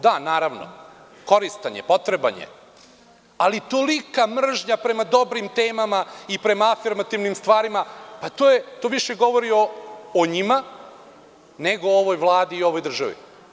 Da, naravno, koristan je, potreban je, ali tolika mržnja prema dobrim temama i prema afirmativnim stvarima, to više govori o njima nego o ovoj Vladi i ovoj državi.